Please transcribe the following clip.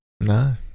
no